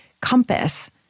compass